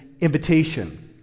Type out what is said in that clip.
invitation